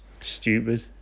stupid